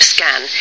Scan